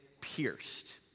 pierced